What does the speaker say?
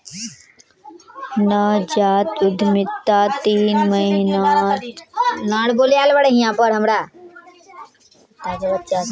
नवजात उद्यमितात तीन महीनात मजदूरी दीवा ह छे